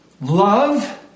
Love